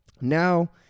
Now